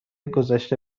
گذشته